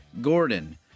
Gordon